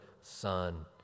Son